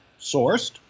sourced